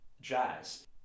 jazz